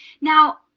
now